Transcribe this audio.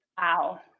Wow